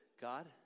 God